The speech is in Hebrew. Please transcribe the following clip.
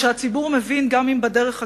והציבור מבין, גם אם בדרך הקשה,